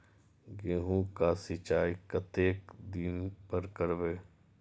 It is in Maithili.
गेहूं का सीचाई कतेक दिन पर करबे?